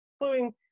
including